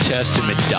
Testament